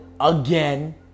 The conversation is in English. again